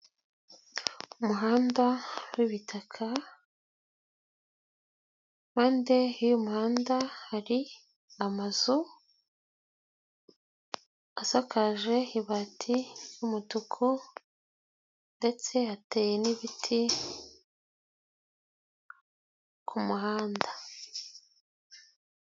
Umuhanda wibitaka impande y'umuhanda hari amazu asakaje ibati ry'umutuku, ndetse hateye n'ibiti ku muhanda.